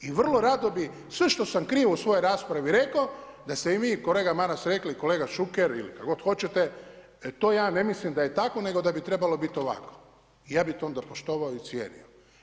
I vrlo rado bih sve što sam krivo u svojoj raspravi rekao, da ste i vi kolega Maras rekli kolega Šuker ili kako god hoćete to ja ne mislim da je tako nego da bi trebalo biti ovako, ja bih to onda poštovao i cijenio.